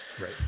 right